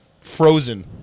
frozen